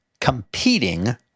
competing